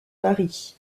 mari